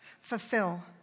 fulfill